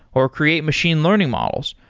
or create machine learning models,